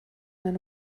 man